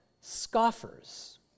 scoffers